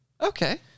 Okay